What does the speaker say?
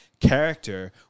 character